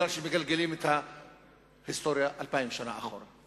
כי מגלגלים את ההיסטוריה אלפיים שנה אחורה.